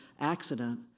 accident